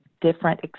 different